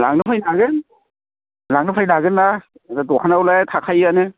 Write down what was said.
लांनो फैनो हागोन लांनो फैगोन हागोन ना दखानावलाय थाखायोआनो